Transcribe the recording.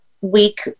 week